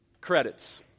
credits